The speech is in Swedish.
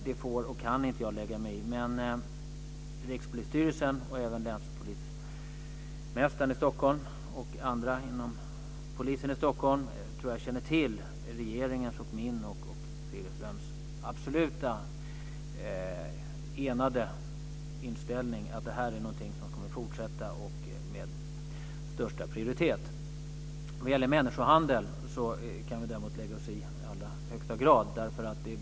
Det får och kan jag inte lägga mig i. Stockholm och andra inom polisen i Stockholm känner till regeringens, min och Segelströms absoluta enade inställning att det här är någonting som ska fortsätta med största prioritet. Vad gäller människohandeln kan vi däremot i allra högsta grad lägga oss i.